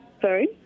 Sorry